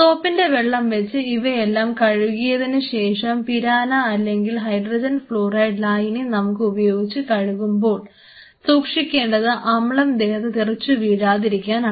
സോപ്പിന്റെ വെള്ളം വെച്ച് ഇവയെല്ലാം കഴുകിയതിനുശേഷം പിരാന്ഹ അല്ലെങ്കിൽ HF ലായിനി നമ്മൾ ഉപയോഗിച്ച് കഴുകുമ്പോൾ സൂക്ഷിക്കേണ്ടത് അമ്ലം ദേഹത്ത് തെറിച്ചു വീഴാതിരിക്കാനാണ്